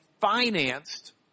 financed